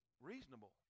Reasonable